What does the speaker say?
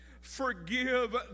forgive